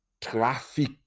traffic